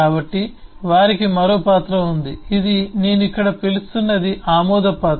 కాబట్టి వారికి మరో పాత్ర ఉంది ఇది నేను ఇక్కడ పిలుస్తున్నది ఆమోద పాత్ర